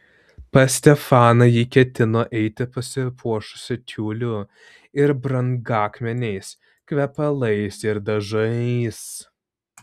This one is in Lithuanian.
pas stefaną ji ketino eiti pasipuošusi tiuliu ir brangakmeniais kvepalais ir dažais